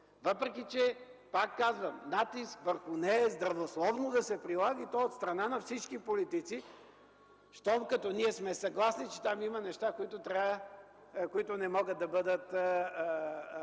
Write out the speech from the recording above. прилага натиск върху нея е здравословно, и то от страна на всички политици, щом като ние сме съгласни, че там има неща, които не могат да бъдат